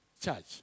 charge